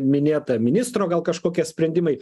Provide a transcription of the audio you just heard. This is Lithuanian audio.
minėta ministro gal kažkokie sprendimai